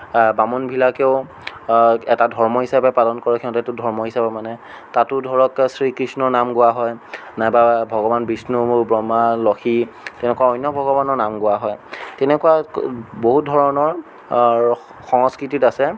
বামুণবিলাকেও এটা ধৰ্ম হিচাপে পালন কৰে সিহঁতেটো ধৰ্ম হিচাপে মানে তাতো ধৰক শ্ৰীকৃষ্ণৰ নাম গোৱা হয় নাইবা ভগৱান বিষ্ণু ব্ৰহ্মা লক্ষী তেনেকুৱা অন্য ভগৱানৰ নাম গোৱা হয় তেনেকুৱা বহুত ধৰণৰ সংস্কৃতিত আছে